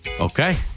Okay